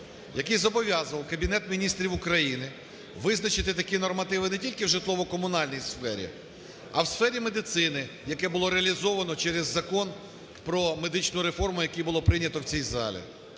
який зобов'язував Кабінет Міністрів України визначити такі нормативи не тільки в житлово-комунальній сфері, а в сфері медицини, яке було реалізовано через Закон про медичну реформу, який було прийнято в цій залі,